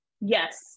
Yes